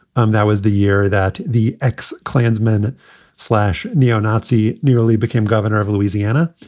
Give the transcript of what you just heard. um that was the year that the ex klansmen slash neo-nazi nearly became governor of louisiana.